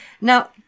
Now